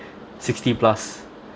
sixty plus